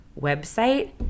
website